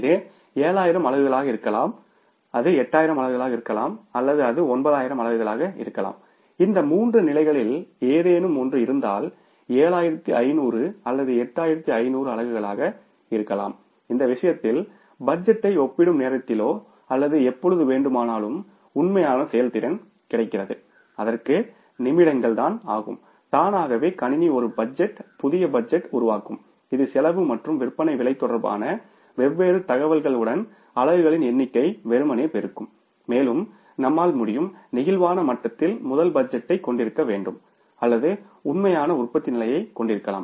இது 7000 அலகுகளாக இருக்கலாம் அது 8000 அலகுகளாக இருக்கலாம் அல்லது அது 9000 அலகுகளாக இருக்கலாம் இந்த மூன்று நிலைகளில் ஏதேனும் ஒன்று இருந்தால் 7500 அல்லது 8500 அலகுகள் இருக்கலாம் அந்த விஷயத்தில் பட்ஜெட்டை ஒப்பிடும் நேரத்திலோ அல்லது எப்பொழுது வேண்டுமானாலும் உண்மையான செயல்திறன் கிடைக்கிறது அதற்கு நிமிடங்கள் ஆகும் தானாகவே கணினி ஒரு பட்ஜெட் புதிய பட்ஜெட்டை உருவாக்கும் இது செலவு மற்றும் விற்பனை விலை தொடர்பான வெவ்வேறு தகவல்களுடன் அலகுகளின் எண்ணிக்கையை வெறுமனே பெருக்கும் மேலும் நம்மால் முடியும் நெகிழ்வான மட்டத்தில் முதல் பட்ஜெட்டைக் கொண்டிருக்க வேண்டும் அல்லது உண்மையான உற்பத்தி நிலையை கொண்டிருக்கலாம்